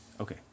Okay